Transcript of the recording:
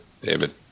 David